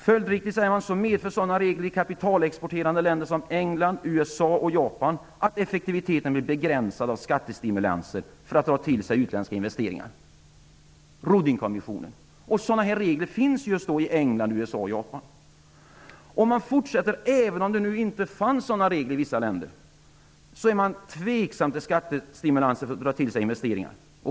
Följaktligen är man mer för sådana regler i kapitalexporterande länder som England, USA och Japan: effektiviteten blir begränsad av skattestimulanser i syfte att dra till sig utländska investeringar. Sådana regler finns just i England, Även om det inte fanns sådana regler i vissa länder, ställer man sig tveksam till skattestimulanser för att dra till sig investeringar.